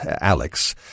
Alex